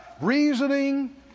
reasoning